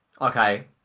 okay